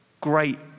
great